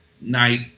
night